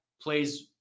plays –